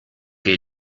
che